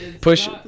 Push